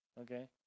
Okay